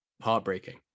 heartbreaking